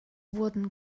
wurden